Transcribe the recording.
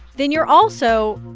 then you're also,